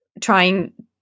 trying